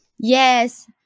Yes